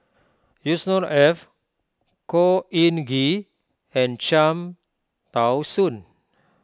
Yusnor Ef Khor Ean Ghee and Cham Tao Soon